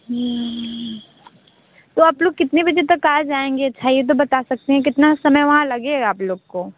तो आप लोग कितने बजे तक आ जाएँगे अच्छा ये तो बता सकते हैं कितना समय वहाँ लगेगा आप लोग को